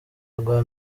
rwa